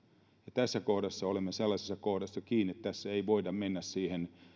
tässä kohdassa olemme sellaisessa kohdassa kiinni että tässä ei voida mennä